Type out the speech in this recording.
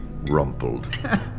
rumpled